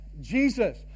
Jesus